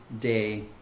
day